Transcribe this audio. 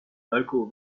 local